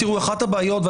אחת הבעיות,